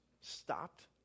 stopped